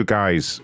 guys